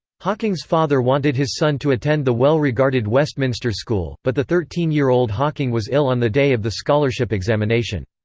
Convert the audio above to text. hawking's father wanted his son to attend the well-regarded westminster school, but the thirteen year old hawking was ill on the day of the scholarship examination.